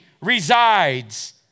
resides